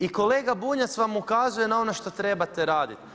I kolega Bunjac vam ukazuje na ono što trebate raditi.